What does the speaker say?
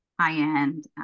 high-end